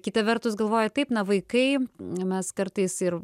kita vertus galvoji taip na vaikai mes kartais ir